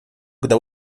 когда